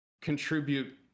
contribute